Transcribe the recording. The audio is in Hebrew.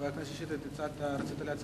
חבר הכנסת שטרית, הצעה אחרת?